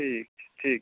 ठीक छै ठीक छै